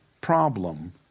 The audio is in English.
problem